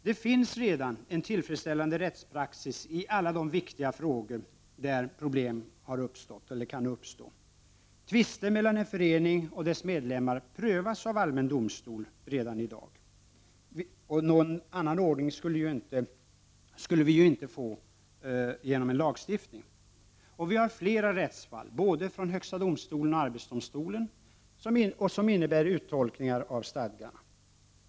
Det finns redan en tillfredsställande rättspraxis i alla de viktiga frågor där problem kan uppstå. Tvister mellan en förening och dess medlemmar prövas av allmän domstol redan i dag. Någon annan ordning skulle vi inte heller få genom en lagstiftning. Vi har flera rättsfall från både högsta domstolen och arbetsdomstolen som innebär uttolkningar av stadgarna.